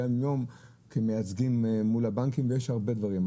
היום יום כמייצגים מול הבנקים ויש הרבה דברים.